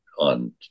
On